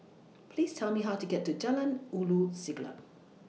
Please Tell Me How to get to Jalan Ulu Siglap